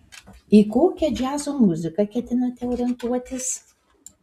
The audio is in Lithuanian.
į kokią džiazo muziką ketinate orientuotis